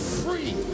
free